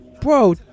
bro